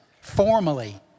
formally